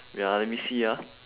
wait ah let me see ah